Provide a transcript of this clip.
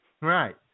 Right